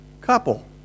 couple